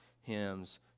hymns